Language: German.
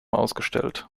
ausgestellt